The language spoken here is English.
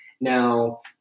Now